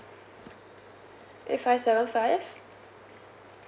eight five seven five